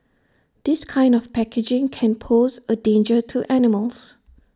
this kind of packaging can pose A danger to animals